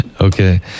Okay